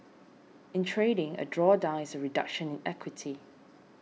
in trading a drawdown is a reduction in equity